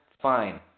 fine